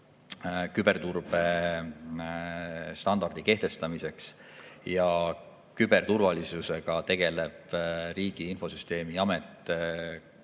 küberturbestandardi kehtestamiseks, siis küberturvalisusega tegeleb Riigi Infosüsteemi Amet 24